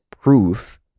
proof